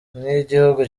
nk’igihugu